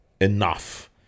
enough